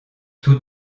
tous